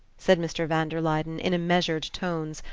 said mr. van der luyden in measured tones,